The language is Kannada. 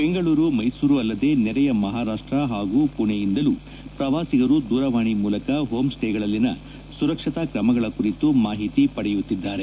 ಬೆಂಗಳೂರು ಮೈಸೂರು ಅಲ್ಲದೆ ನೆರೆಯ ಮಹಾರಾಷ್ಟ ಹಾಗೂ ಪುಣೆಯಿಂದಲೂ ಪ್ರವಾಸಿಗರು ದೂರವಾಣಿ ಮೂಲಕ ಹೋಮ್ಸ್ಟೇಗಳಲ್ಲಿನ ಸುರಕ್ಷತಾ ಕ್ರಮಗಳ ಕುರಿತು ಮಾಹಿತಿ ಪಡೆಯುತ್ತಿದ್ದಾರೆ